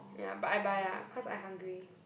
ya but I buy lah cause I hungry